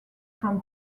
from